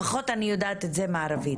לפחות אני יודעת את זה מערבית,